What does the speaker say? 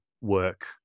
work